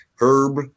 Herb